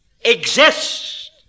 exist